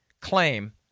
claim